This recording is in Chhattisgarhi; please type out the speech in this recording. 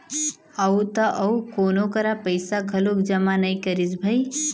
अउ त अउ कोनो करा पइसा घलोक जमा नइ करिस भई